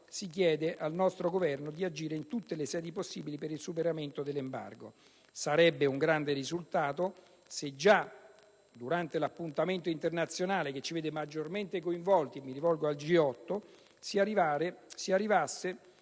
si chiede al nostro Governo di agire in tutte le sedi possibili per il superamento dell'embargo. Sarebbe un grande risultato se, già durante l'appuntamento internazionale che ci vede maggiormente coinvolti, il G8, si arrivasse